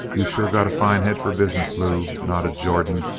you sure got a fine head for business, lew, nodded jordan,